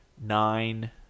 nine